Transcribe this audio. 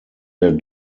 der